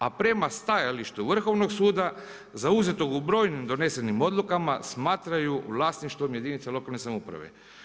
A prema stajalištu Vrhovnog suda zauzetog u brojnim donesenim odlukama, smatraju vlasništvo jedinica lokalne samouprave.